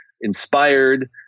inspired